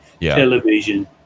television